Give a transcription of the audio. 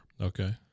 Okay